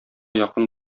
якын